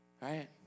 Right